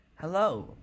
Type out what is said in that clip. Hello